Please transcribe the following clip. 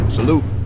Salute